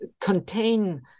contain